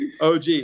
OG